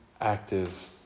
active